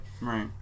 right